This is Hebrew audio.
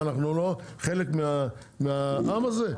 מה אנחנו לא חלק העם הזה?